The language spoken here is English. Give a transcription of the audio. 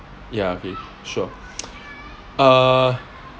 ya okay sure err